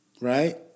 right